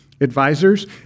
advisors